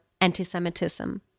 anti-Semitism